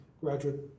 graduate